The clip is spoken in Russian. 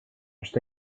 что